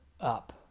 up